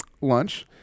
lunch